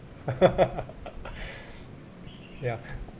ya